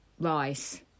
rice